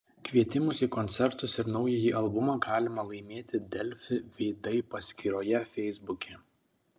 kvietimus į koncertus ir naująjį albumą galima laimėti delfi veidai paskyroje feisbuke